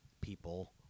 people